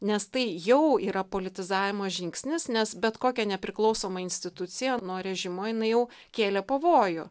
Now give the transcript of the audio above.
nes tai jau yra politizavimo žingsnis nes bet kokią nepriklausomą instituciją nuo režimo jinai jau kėlė pavojų